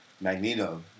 Magneto